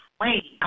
wait